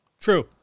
True